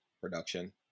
production